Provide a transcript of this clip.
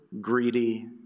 greedy